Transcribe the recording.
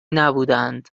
نبودهاند